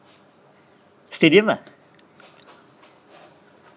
stadium lah